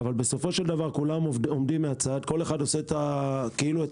אבל בסופו של דבר כל אחד עושה כאילו את